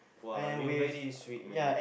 !wah! you're very sweet man